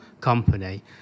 company